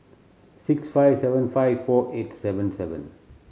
six five seven five four eight seven seven